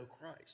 Christ